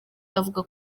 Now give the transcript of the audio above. avuga